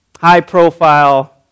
high-profile